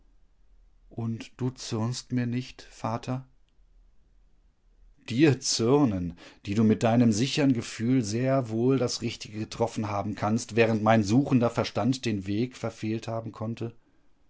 und du zürnst mir nicht vater dir zürnen die du mit deinem sichern gefühl sehr wohl das richtige getroffen haben kannst während mein suchender verstand den weg verfehlt haben konnte